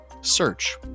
Search